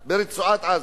ברצועת-עזה,